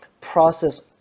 process